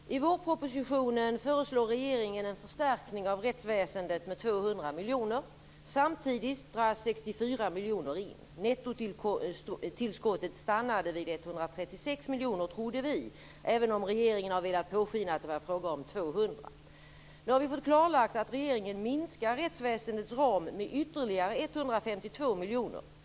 Fru talman! Min fråga riktar sig till statsministern. I vårpropositionen föreslår regeringen en förstärkning av rättsväsendet med 200 miljoner. Samtidigt dras 64 miljoner in. Vi trodde att nettotillskottet stannade vid 136 miljoner, även om regeringen har velat påskina att det var fråga om 200 miljoner. Nu har vi fått klarlagt att regeringen minskar rättsväsendets ram med ytterligare 152 miljoner.